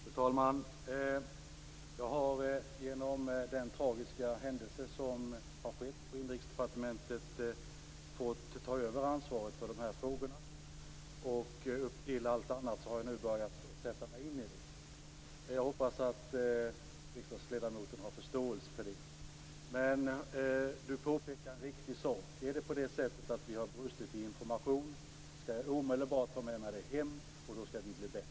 Fru talman! Jag har efter den tragiska händelse som skett på Inrikesdepartementet fått ta över ansvaret för de här frågorna. Upp till allt annat har jag nu börjat sätta mig in i dem. Jag hoppas att riksdagsledamoten har förståelse för det. Ann-Kristin Føsker påpekar dock en riktig sak. Är det så att vi har brustit i information skall jag omedelbart ta med mig det hem, och då skall vi bli bättre.